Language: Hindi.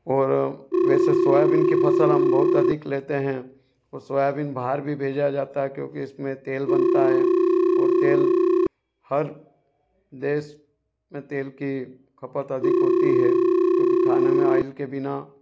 और वैसे सोआबिन की फसल बहुत अधिक हम लेते हैं और सोआबिन बाहर भी भेजा जाता है क्योंकि इसमें तेल बनता है और तेल हर देश में तेल की खपत अधिक होती है क्योंकि खाना में ऑइल के बिना